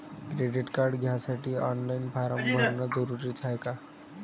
Credit card घ्यासाठी online form भरन जरुरीच हाय का?